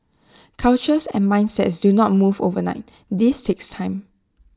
cultures and mindsets do not move overnight this takes time